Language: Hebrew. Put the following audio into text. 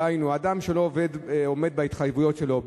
דהיינו אדם שלא עומד בהתחייבויות שלו,